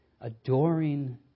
adoring